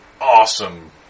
awesome